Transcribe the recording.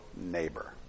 neighbor